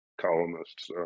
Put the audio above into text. columnists